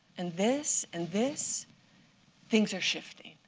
and this, and this things are shifting.